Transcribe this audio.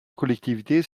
collectivités